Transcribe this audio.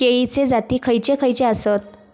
केळीचे जाती खयचे खयचे आसत?